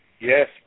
Yes